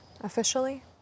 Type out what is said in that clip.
officially